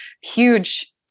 huge